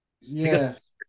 yes